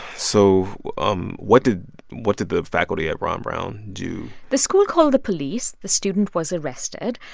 so um what did what did the faculty at ron brown do? the school called the police. the student was arrested.